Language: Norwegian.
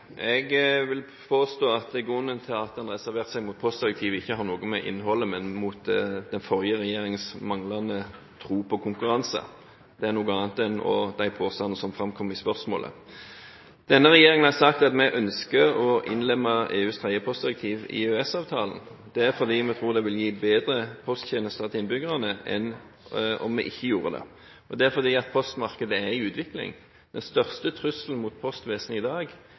at en reserverte seg mot postdirektivet, ikke har noe med innholdet å gjøre, men med den forrige regjeringens manglende tro på konkurranse. Det er noe annet enn de påstandene som framkom i spørsmålet. Denne regjeringen har sagt at vi ønsker å innlemme EUs tredje postdirektiv i EØS-avtalen. Det er fordi vi tror det vil gi bedre posttjenester til innbyggerne enn om vi ikke gjorde det, og det er fordi postmarkedet er i utvikling. Den største trusselen mot postvesenet i dag